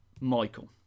Michael